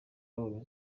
yabonye